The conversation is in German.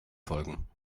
folgen